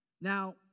Now